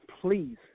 please